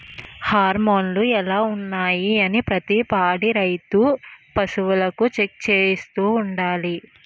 హార్మోన్లు ఎలా ఉన్నాయి అనీ ప్రతి పాడి రైతు పశువులకు చెక్ చేయిస్తూ ఉండాలి